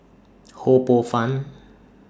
Ho Poh Fun